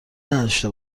نداشته